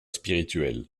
spirituel